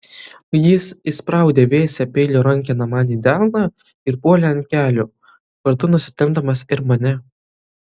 jis įspraudė vėsią peilio rankeną man į delną ir puolė ant kelių kartu nusitempdamas ir mane